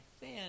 fan